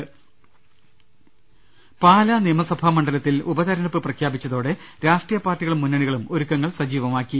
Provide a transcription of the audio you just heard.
്്്്്്്്് പാലാ നിയമസഭാ മണ്ഡലത്തിൽ ഉപതെരഞ്ഞെടുപ്പ് പ്രഖ്യാപിച്ചതോടെ രാഷ്ട്രീയ പാർട്ടികളും മുന്നണികളും ഒരുക്കങ്ങൾ സജീവമാക്കി